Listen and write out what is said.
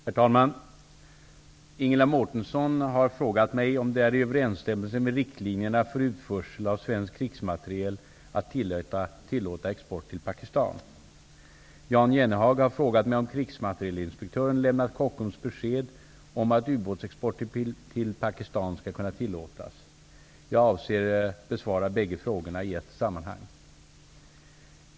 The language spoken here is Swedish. Herr talman! Ingela Mårtensson har frågat mig om det är i överensstämmelse med riktlinjerna för utförsel av svensk krigsmateriel att tillåta export till Pakistan. Jan Jennehag har frågat mig om krigsmaterielinspektören lämnat Kockums besked om att ubåtsexport till Pakistan skall kunna tillåtas. Jag avser att besvara bägge frågorna i ett sammanhang.